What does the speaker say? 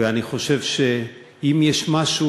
ואני חושב שאם יש משהו,